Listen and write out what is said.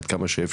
עד כמה שאפשר.